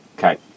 Okay